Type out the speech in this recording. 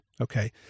okay